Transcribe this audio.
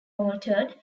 altered